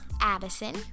Addison